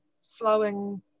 slowing